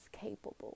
capable